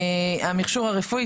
ראש המועצה,